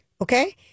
Okay